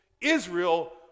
Israel